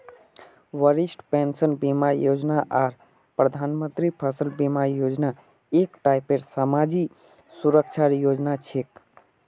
वरिष्ठ पेंशन बीमा योजना आर प्रधानमंत्री फसल बीमा योजना एक टाइपेर समाजी सुरक्षार योजना छिके